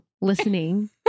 listening